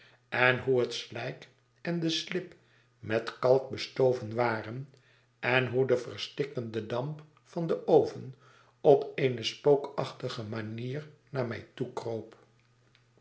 en hoe het slijk en de slib met kalk bestoven waren en hoe de verstikkende damp van den oven op eene spookachtige manier naar mij toe